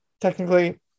technically